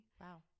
Wow